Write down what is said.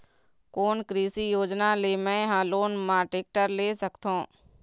कोन कृषि योजना ले मैं हा लोन मा टेक्टर ले सकथों?